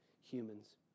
humans